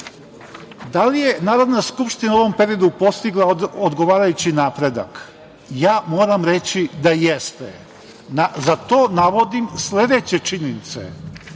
Da li je Narodna skupština u ovom periodu postigla odgovarajući napredak? Ja moram reći da jeste. Za to navodim sledeće činjenice.